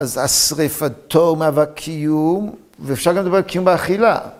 אז שריפתו מהווה קיום, ואפשר גם לדבר על קיום באכילה.